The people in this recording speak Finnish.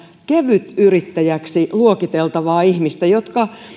kevytyrittäjäksi luokiteltavaa ihmistä jotka